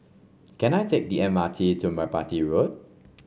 can I take the M R T to Merpati Road